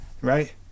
right